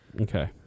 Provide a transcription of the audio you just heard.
Okay